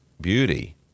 beauty